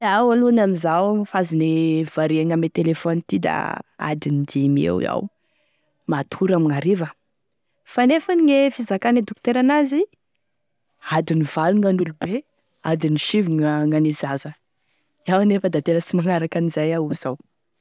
Iaho aloa amin'izao fazone variagny ame téléphone ty da adiny dimy eo iaho matory amign'hariva fa nefany gne fizakagne dokotera an'azy adiny valo gn'an'olobe, adiny sivy gn'ane zaza, iaho anefa da tena sy magnaraky an'izay iaho amizao.